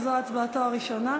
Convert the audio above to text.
שזו הצבעתו הראשונה,